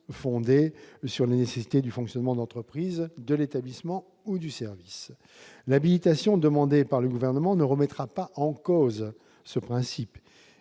fondé sur les nécessités du fonctionnement de l'entreprise, de l'établissement ou du service. » L'habilitation demandée par le Gouvernement ne remettra pas en cause ce principe.